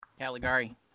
Caligari